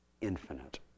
infinite